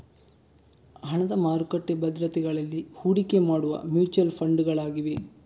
ಹಣದ ಮಾರುಕಟ್ಟೆ ಭದ್ರತೆಗಳಲ್ಲಿ ಹೂಡಿಕೆ ಮಾಡುವ ಮ್ಯೂಚುಯಲ್ ಫಂಡುಗಳಾಗಿವೆ